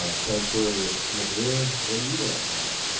ah councillor libere, what? are you gonna add?